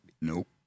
Nope